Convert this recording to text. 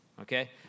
Okay